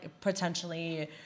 potentially